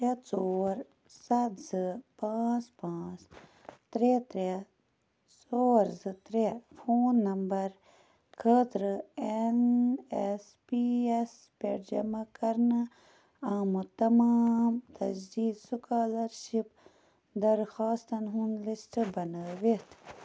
شےٚ ژور ستھ زٕ پانٛژ پانٛژ ترٛےٚ ترٛےٚ ژور زٕ ترٛےٚ فون نمبر خٲطرٕ این ایس پی یَس پٮ۪ٹھ جمع کَرنہٕ آمُت تمام تجدیٖد سُکالرشِپ درخواستن ہُنٛد لِسٹہٕ بنٲوِتھ